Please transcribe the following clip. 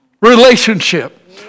Relationship